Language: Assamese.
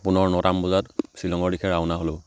পুনৰ নটামান বজাত শ্বিলঙৰ দিশে ৰাওনা হ'লোঁ